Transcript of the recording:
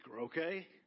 okay